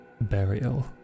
Burial